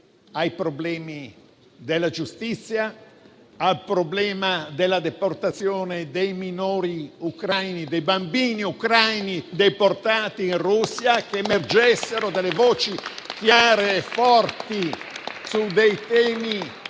ai problemi della giustizia, al problema della deportazione dei minori ucraini, dei bambini ucraini deportati in Russia, che emergessero delle voci chiare e forti su alcuni temi